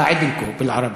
(אומר בערבית: